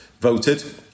voted